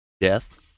death